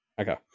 Okay